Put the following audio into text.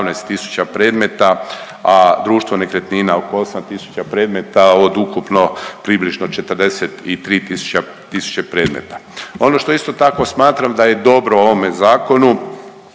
predmeta, a društvo nekretnina oko 8 tisuća predmeta, od ukupno približno 43 tisuće predmeta. Ono što isto tako smatram da je dobro u ovome Zakonu,